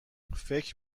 فکر